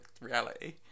reality